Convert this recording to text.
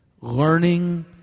Learning